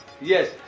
Yes